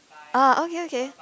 ah okay okay